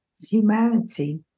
humanity